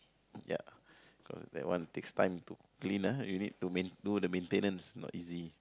ya cause that one takes time to clean ah you need to main do the maintenance not easy